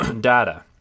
data